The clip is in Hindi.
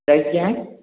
प्राइज़ क्या है